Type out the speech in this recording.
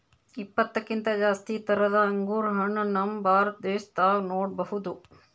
ಇಪ್ಪತ್ತಕ್ಕಿಂತ್ ಜಾಸ್ತಿ ಥರದ್ ಅಂಗುರ್ ಹಣ್ಣ್ ನಮ್ ಭಾರತ ದೇಶದಾಗ್ ನೋಡ್ಬಹುದ್